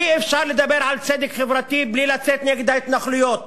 אי-אפשר לדבר על צדק חברתי בלי לצאת נגד ההתנחלויות.